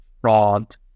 fraud